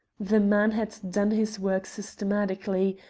the man had done his work systematically,